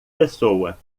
pessoa